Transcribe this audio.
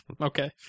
Okay